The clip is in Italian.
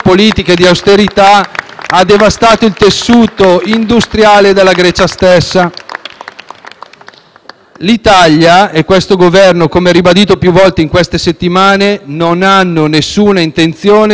L'Italia e questo Governo - come ribadito più volte nelle ultime settimane - non hanno alcuna intenzione di svendere il patrimonio pubblico e le nostre infrastrutture strategiche.